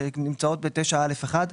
שנמצאות ב-(9)(א)(1),